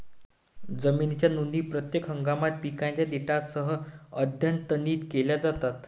जमिनीच्या नोंदी प्रत्येक हंगामात पिकांच्या डेटासह अद्यतनित केल्या जातात